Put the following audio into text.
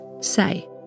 say